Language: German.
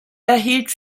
erhielt